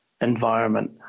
environment